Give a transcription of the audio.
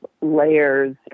layers